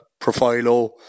Profilo